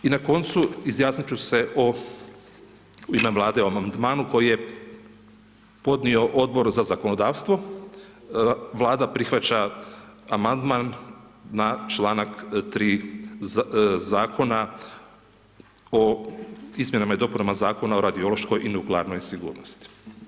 I na koncu, izjasnit ću se na Vladinom amandmanu koji je podnio Odbor za zakonodavstvo, Vlada prihvaća amandman na članak 3. zakona izmjenama i dopunama Zakona o radiološkoj i nuklearnoj sigurnosti.